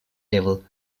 level